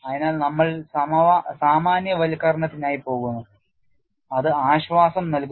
അതിനാൽ നമ്മൾ സാമാന്യവൽക്കരണത്തിനായി പോകുന്നു അത് ആശ്വാസം നൽകുന്നു